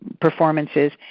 performances